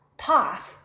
path